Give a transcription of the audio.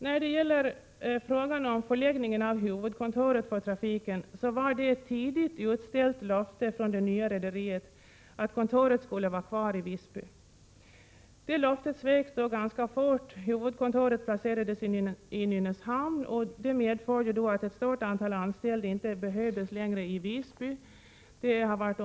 När det gäller frågan om förläggningen av huvudkontoret för trafiken var det ett tidigt utställt löfte från det nya rederiet att kontoret skulle vara kvar i Visby. Detta löfte sveks ganska fort; huvudkontoret placerades i Nynäshamn, och det medförde att ett stort antal anställda inte längre behövdes i Visby.